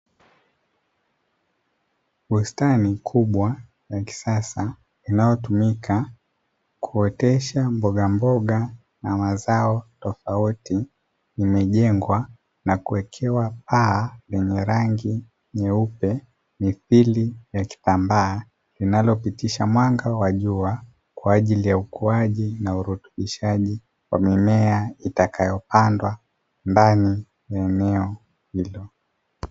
Bustani kubwa ya kisasa inayotumika kuotesha mbogamboga na mazao tofauti, imejengwa na kuwekewa paa yenye rangi nyeupe mithili ya kitambaa linalopitisha mwanga wa jua kwa ajili ya ukuaji na urutubishaji wa mimea itakayopandwa ndani ya eneo hilo.